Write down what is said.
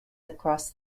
across